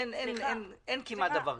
אין כמעט דבר כזה.